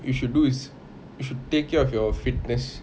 you should do is you should take care of your fitness